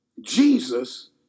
Jesus